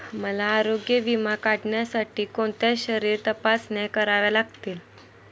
मला आरोग्य विमा काढण्यासाठी कोणत्या शारीरिक तपासण्या कराव्या लागतील?